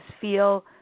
feel